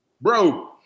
Bro